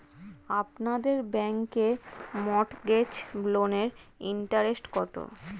আপনাদের ব্যাংকে মর্টগেজ লোনের ইন্টারেস্ট কত?